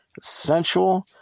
sensual